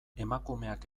emakumeak